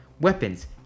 weapons